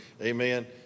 Amen